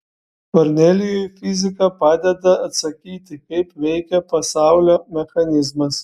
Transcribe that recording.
kornelijui fizika padeda atsakyti kaip veikia pasaulio mechanizmas